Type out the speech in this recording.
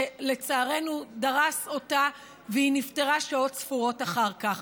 והוא לצערנו דרס אותה והיא נפטרה שעות ספורות אחר כך.